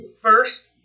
First